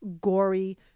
gory